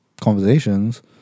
conversations